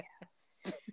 yes